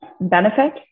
benefit